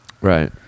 right